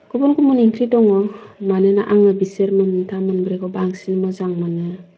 गुबुन गुबुन ओंख्रि दङ मानोना आङो बिसोर मोनथाम मोनब्रैखौ बांसिन मोजां मोनो